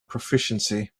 proficiency